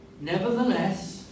Nevertheless